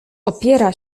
opiera